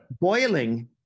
Boiling